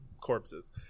corpses